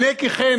הנה כי כן,